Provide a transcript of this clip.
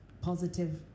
positive